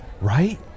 Right